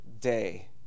day